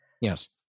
Yes